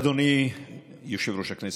אדוני יושב-ראש הכנסת,